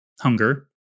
hunger